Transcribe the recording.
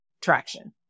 traction